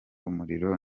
umuriro